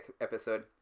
episode